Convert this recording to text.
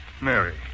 Mary